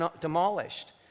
demolished